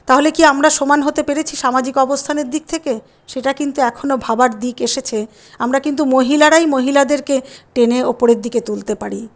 তাহলে কি আমরা সমান হতে পেরেছি সামাজিক অবস্থানের দিক থেকে সেটা কিন্তু এখনও ভাবার দিক এসেছে আমরা কিন্তু মহিলারাই মহিলাদেরকে টেনে ওপরের দিকে তুলতে পারি